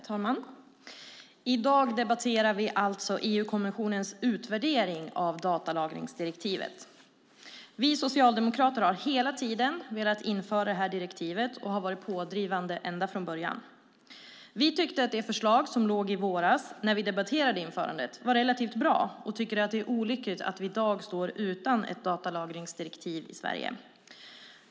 Herr talman! I dag debatterar vi EU-kommissionens utvärdering av datalagringsdirektivet. Vi socialdemokrater har hela tiden velat införa detta direktiv och har varit pådrivande ända från början. Vi tyckte att det förslag som låg i våras när vi debatterade införandet var relativt bra och tycker att det är olyckligt att vi i dag står utan ett datalagringsdirektiv i Sverige.